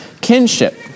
kinship